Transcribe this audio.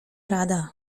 rada